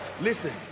Listen